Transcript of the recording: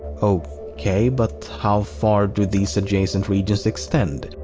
okay but how far do these adjacent regions extend?